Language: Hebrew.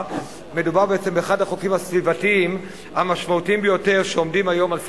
באחד החוקים הסביבתיים המשמעותיים ביותר שעומדים היום על סדר-היום.